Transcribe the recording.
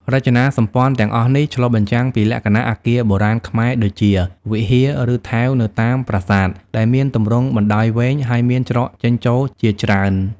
រចនាសម្ព័ន្ធទាំងអស់នេះឆ្លុះបញ្ចាំងពីលក្ខណៈអគារបុរាណខ្មែរដូចជា វិហារ ឬថែវនៅតាមប្រាសាទ ដែលមានទម្រង់បណ្តោយវែង ហើយមានច្រកចេញចូលជាច្រើន។